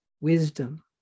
wisdom